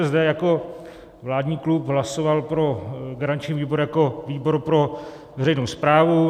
ČSSD jako vládní klub hlasoval pro garanční výbor jako výbor pro veřejnou správu.